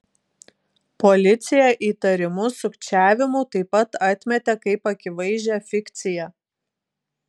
policija įtarimus sukčiavimu taip pat atmetė kaip akivaizdžią fikciją